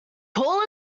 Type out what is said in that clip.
call